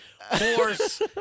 Horse